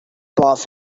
path